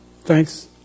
Thanks